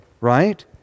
right